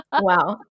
Wow